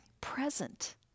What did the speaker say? present